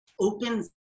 opens